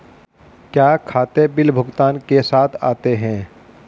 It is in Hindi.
क्या खाते बिल भुगतान के साथ आते हैं?